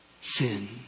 Sin